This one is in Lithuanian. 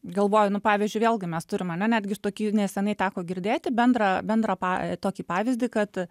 galvoju nu pavyzdžiui vėlgi mes turim ane netgi ir tokį neseniai teko girdėti bendrą bendrą pa tokį pavyzdį kad